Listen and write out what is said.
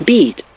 Beat